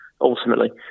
ultimately